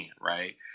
right